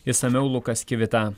išsamiau lukas kivita